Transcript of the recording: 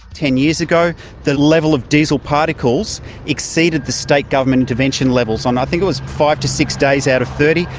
ten years ago the level of diesel particles exceeded the state government intervention levels on, i think it was five to six days out of thirty,